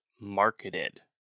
marketed